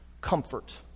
comfort